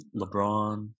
LeBron